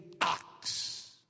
ox